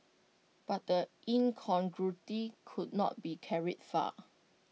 but the incongruity could not be carried far